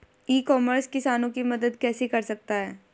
ई commerce किसानों की मदद कैसे कर सकता है?